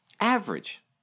Average